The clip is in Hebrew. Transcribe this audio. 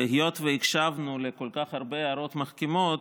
והיות שהקשבנו לכל כך הרבה הערות מחכימות,